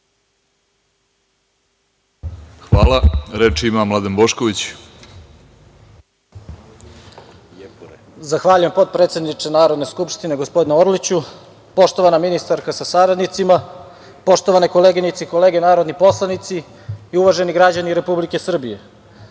Bošković. **Mladen Bošković** Zahvaljujem, potpredsedniče Narodne skupštine gospodine Orliću. Poštovana ministarka sa saradnicima, poštovane koleginice i kolege narodni poslanici i uvaženi građani Republike Srbije,